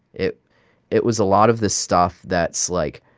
it it was a lot of the stuff that's, like,